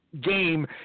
game